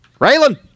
Raylan